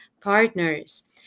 partners